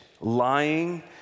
lying